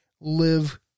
live